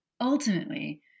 ultimately